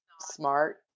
smart